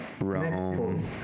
Rome